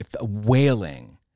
wailing